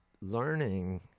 learning